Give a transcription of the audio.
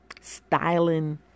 styling